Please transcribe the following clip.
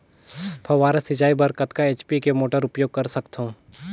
फव्वारा सिंचाई बर कतका एच.पी के मोटर उपयोग कर सकथव?